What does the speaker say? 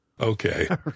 Okay